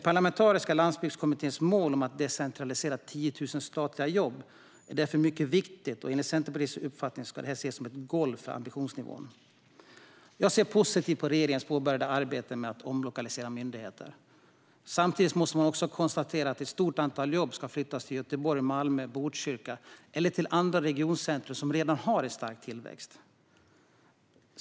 Parlamentariska landsbygdskommitténs mål om att decentralisera 10 000 statliga jobb är därför mycket viktigt och ska enligt Centerpartiets uppfattning ses som ett golv för ambitionsnivån. Jag ser positivt på regeringens påbörjade arbete med att omlokalisera myndigheter. Samtidigt måste man konstatera att ett stort antal jobb ska flyttas till Göteborg, Malmö, Botkyrka eller andra regioncentrum som redan har stark tillväxt.